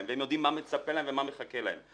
והם יודעים מה מצפה להם ומה מחכה להם.